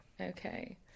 okay